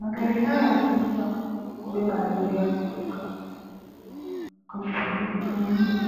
Magari haya hutumika kubeba abiria kutoka kwenye mji